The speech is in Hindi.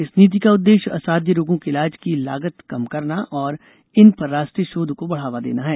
इस नीति का उद्देश्य असाध्य रोगों के इलाज की लागत कम करना और इन पर राष्ट्रीय शोध को बढावा देना है